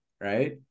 right